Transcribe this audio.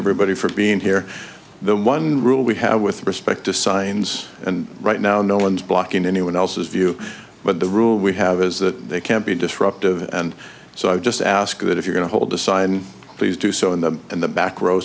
everybody for being here the one rule we have with respect to signs and right now no one's blocking anyone else's view but the rule we have is that they can't be disruptive and so i just ask that if you're going to hold a sign please do so in the in the back row